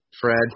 Fred